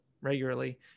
regularly